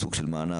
סוג של מענק,